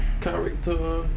character